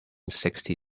sixty